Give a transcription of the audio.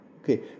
Okay